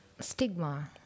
Stigma